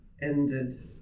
ended